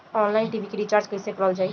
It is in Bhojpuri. ऑनलाइन टी.वी के रिचार्ज कईसे करल जाला?